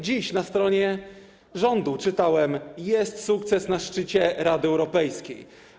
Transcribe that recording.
Dziś na stronie rządu czytałem: Jest sukces na szczycie Rady Europejskiej.